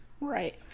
Right